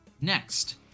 Next